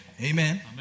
Amen